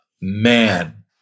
Man